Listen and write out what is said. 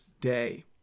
day